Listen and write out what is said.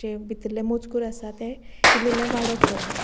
जे भितरले मजकूर आसा ते इल्ले इल्ले वाडत वता